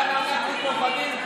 אתה אומר את זה לפורום החילוני?